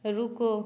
रुको